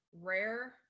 rare